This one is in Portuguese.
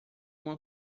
uma